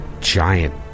Giant